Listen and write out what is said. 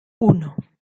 uno